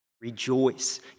rejoice